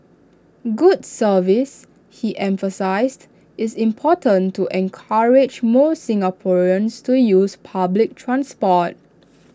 good service he emphasised is important to encourage more Singaporeans to use public transport